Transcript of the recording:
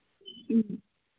ꯎꯝ